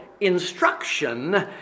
instruction